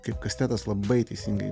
kaip kastetas labai teisingai